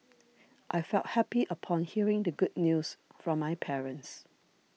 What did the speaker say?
I felt happy upon hearing the good news from my parents